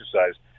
exercise